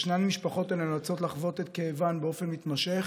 ישנן משפחות הנאלצות לחוות את כאבן באופן מתמשך